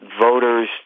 voters